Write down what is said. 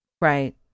Right